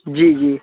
जी जी